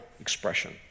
expression